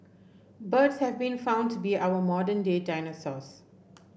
birds have been found to be our modern day dinosaurs